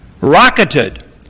rocketed